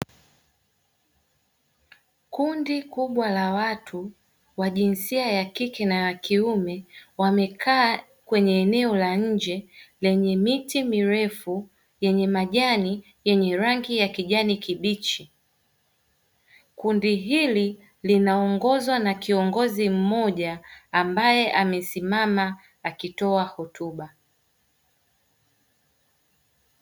Kundi kubwa la watu wa jinsia ya kike na ya kiume wamekaa kwenye eneo la nje lenye miti mirefu yenye majani yenye rangi ya kijani kibichi, kundi hili linaongozwa na kiongozi mmoja ambaye amesimama akitoa hotuba.